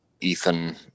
Ethan